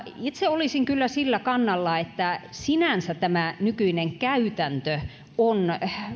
itse olisin kyllä sillä kannalla että sinänsä tämä nykyinen käytäntö on